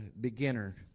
beginner